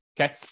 Okay